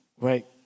right